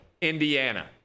Indiana